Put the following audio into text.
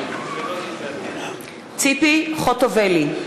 מתחייב אני ציפי חוטובלי,